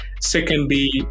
Secondly